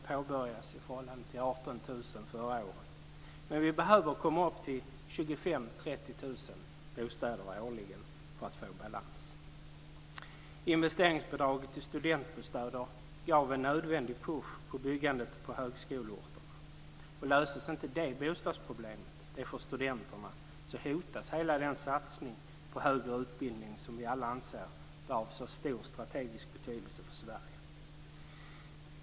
I 18 000 förra året. Men vi behöver komma upp till 25 000-30 000 nya bostäder årligen för att få balans. Investeringsbidraget till studentbostäder gav en nödvändig push på byggandet på högskoleorterna. Löses inte bostadsproblemet för studenterna hotas hela den satsning på högre utbildning som vi alla anser vara av så stor strategisk betydelse för Sverige.